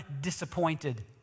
disappointed